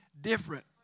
different